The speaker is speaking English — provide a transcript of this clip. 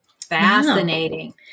Fascinating